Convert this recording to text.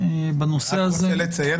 אני רק רוצה לציין,